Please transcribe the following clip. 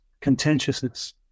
contentiousness